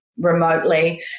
remotely